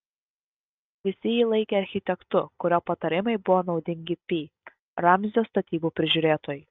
visi jį laikė architektu kurio patarimai buvo naudingi pi ramzio statybų prižiūrėtojui